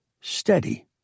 steady